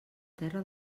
terra